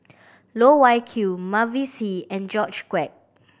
Loh Wai Kiew Mavis Hee and George Quek